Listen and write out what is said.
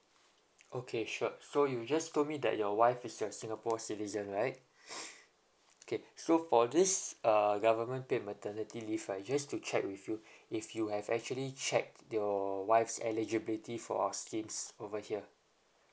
okay sure so you just told me that your wife is a singapore citizen right okay so for this uh government paid maternity leave right just to check with you if you have actually checked your wife's eligibility for our schemes over here